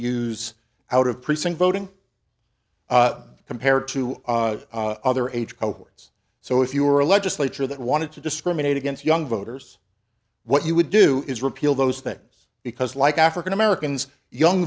use out of precinct voting compared to other age cohorts so if you were a legislature that wanted to discriminate against young voters what you would do is repeal those things because like african americans young